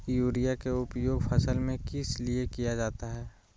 Urea के उपयोग फसल में किस लिए किया जाता है?